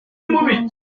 bihingwa